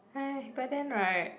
but then right